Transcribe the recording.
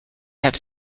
have